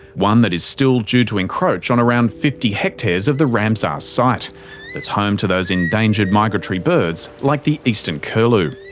one that is still due to encroach on around fifty hectares of the ramsar site that's home to endangered migratory birds like the eastern curlew.